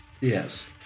Yes